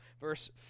verse